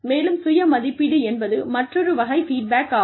மேலும் சுய மதிப்பீடு என்பது மற்றொரு வகை ஃபீட்பேக் ஆகும்